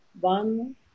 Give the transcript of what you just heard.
One